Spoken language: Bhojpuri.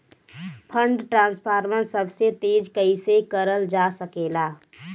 फंडट्रांसफर सबसे तेज कइसे करल जा सकेला?